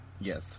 Yes